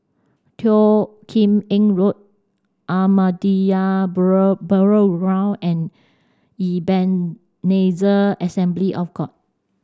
Teo Kim Eng Road Ahmadiyya Burial Round and Ebenezer Assembly of God